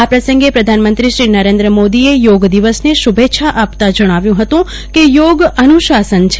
આ પસંગે પ્રધાનમત્રોશ્રી નરેન્દ્ર મોદીએ યોગ દિવસની શુભેચ્છા આપતા જણાવ્યું હત કે યોગ અનુશાસન છે